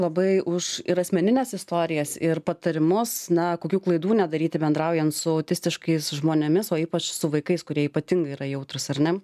labai už ir asmenines istorijas ir patarimus na kokių klaidų nedaryti bendraujant su autistiškais žmonėmis o ypač su vaikais kurie ypatingai yra jautrūs ar ne